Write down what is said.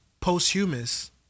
posthumous